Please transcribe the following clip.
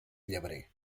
llebrer